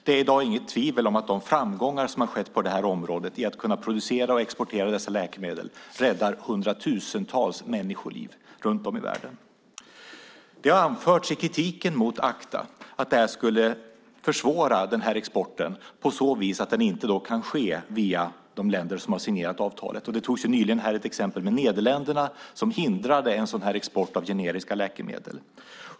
Det råder i dag inget tvivel om att de framgångar som har skett på det här området i att kunna producera och exportera dessa läkemedel räddar hundratusentals människoliv runt om i världen. Det har i kritiken mot ACTA anförts att detta skulle försvåra exporten såtillvida att den då inte kan ske via de länder som har signerat avtalet. Nyss hörde vi exemplet med Nederländerna, som hindrade en sådan export av generiska läkemedel.